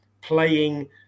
playing